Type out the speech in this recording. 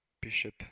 bishop